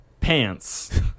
Pants